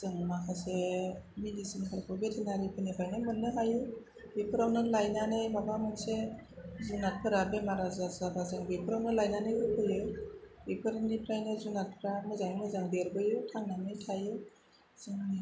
जों माखासे मिडिसिनफोरखौ भेटेनारिफोरनिफ्रायनो मोननो हायो बेफ्रावनो लायनानै माबा मोनसे जुनादफोरा बेमार आजार जाबा जों बेफ्रावनो लायनानै होफैयो बेफोरनिफ्रायनो जुनादफ्रा मोजाङै मोजां देरबोयो थांनानै थायो जों